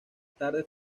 tarde